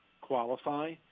qualify